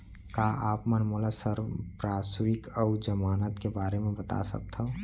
का आप मन मोला संपार्श्र्विक अऊ जमानत के बारे म बता सकथव?